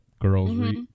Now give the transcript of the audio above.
girls